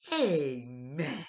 Amen